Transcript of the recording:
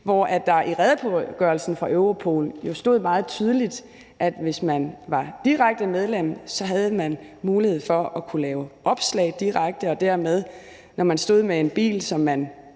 og i redegørelsen fra Europol stod der jo meget tydeligt, at hvis man var direkte medlem, havde man mulighed for at lave opslag direkte og ville dermed faktisk kunne se, når man stod med en bil, som man